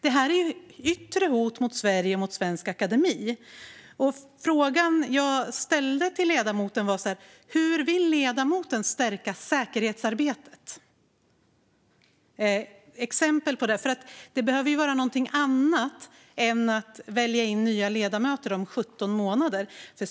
Detta är ju yttre hot mot Sverige och mot svensk akademi. Frågan jag ställde till ledamoten var: Hur vill ledamoten stärka säkerhetsarbetet? Kan vi få exempel på det? Det behöver ju vara någonting annat än att välja in nya ledamöter om 17 månader.